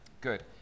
good